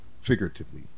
figuratively